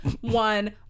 one